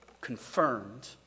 confirmed